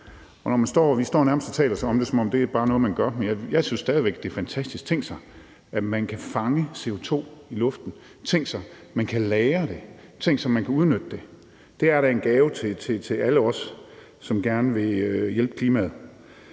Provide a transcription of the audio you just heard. Vi står nærmest og taler sig om det, som om det er noget, man bare gør, men jeg synes stadig væk, at det er fantastisk. Tænk sig, at man kan fange CO2 i luften. Tænk sig, at man kan lagre det. Tænk sig, at man kan udnytte det. Det er da en gave til alle os, som gerne vil hjælpe klimaet.